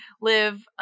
live